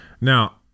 Now